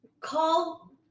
call